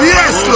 Yes